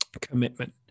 commitment